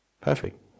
Perfect